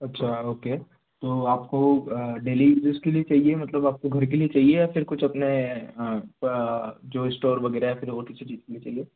अच्छा ओके तो आपको डेली यूज़ के लिए चाहिए मतलब आपको घर के लिए चाहिए या फिर कुछ अपने जो इश्टोर वगैरह है या फिर और किसी चीज़ के लिए चाहिए